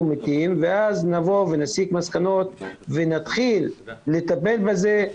מתים ורק אז נבוא ונסיק מסקנות ונתחיל לטפל בזה.